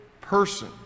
person